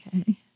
Okay